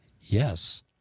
Yes